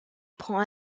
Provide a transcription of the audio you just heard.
prend